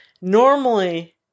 Normally